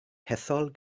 hethol